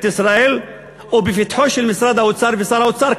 ישראל או לפתחו של משרד האוצר ושר האוצר,